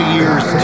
Years